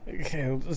Okay